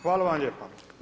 Hvala vam lijepo.